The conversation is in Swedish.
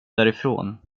därifrån